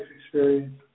experience